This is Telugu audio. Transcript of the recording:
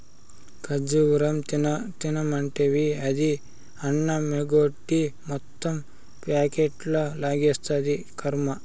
ఖజ్జూరం తినమంటివి, అది అన్నమెగ్గొట్టి మొత్తం ప్యాకెట్లు లాగిస్తాంది, కర్మ